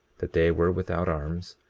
that they were without arms,